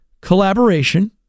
collaboration